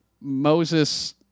Moses